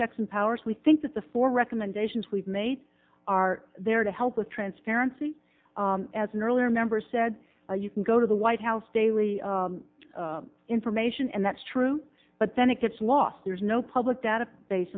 checks and powers we think that the four recommendations we've made are there to help with transparency as an earlier member said you can go to the white house daily information and that's true but then it gets lost there's no public database